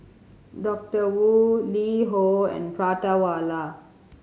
Doctor Wu LiHo and Prata Wala